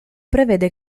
prevede